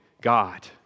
God